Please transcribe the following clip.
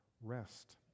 rest